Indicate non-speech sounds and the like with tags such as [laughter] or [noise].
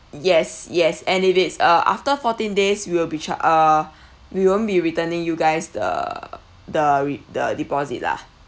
yes yes and if it's uh after fourteen days we will be char~ uh [breath] we won't be returning you guys the the re~ the deposit lah